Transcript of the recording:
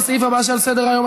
לסעיף הבא שעל סדר-היום.